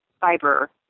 fiber